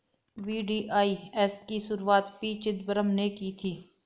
VDIS की शुरुआत पी चिदंबरम ने की थी